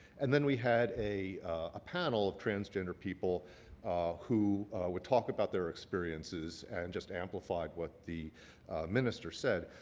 and then we had a ah panel of transgender people who would talk about their experiences and just amplified what the minister said.